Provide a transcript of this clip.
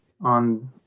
on